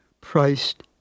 priced